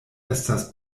estas